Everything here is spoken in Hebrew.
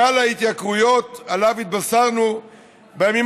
גל ההתייקרויות שעליו התבשרנו בימים